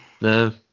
No